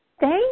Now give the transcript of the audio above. Thank